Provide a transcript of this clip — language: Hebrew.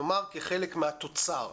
נאמר כחלק מהתוצר,